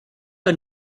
her